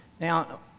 Now